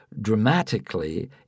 dramatically